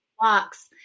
blocks